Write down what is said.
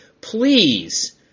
please